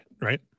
right